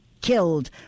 killed